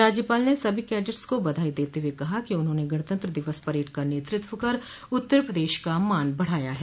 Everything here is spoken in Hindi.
राज्यपाल ने सभी कैडिट्स को बधाई देते हुए कहा कि उन्होंने गणतंत्र दिवस परेड का नेतृत्व कर उत्तर प्रदेश का मान बढ़ाया है